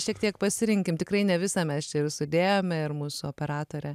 šiek tiek pasirinkim tikrai ne visą mes čia ir sudėjome ir mūsų operatorė